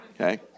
Okay